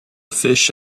fish